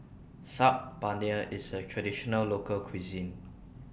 Saag Paneer IS A Traditional Local Cuisine